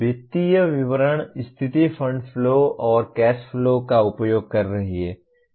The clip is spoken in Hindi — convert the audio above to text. वित्तीय विवरण स्थिति फंड फ्लो और कैश फ्लो का उपयोग कर रही है